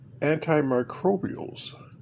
antimicrobials